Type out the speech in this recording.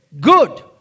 Good